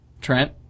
Trent